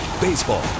Baseball